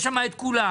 יש שם את כולם.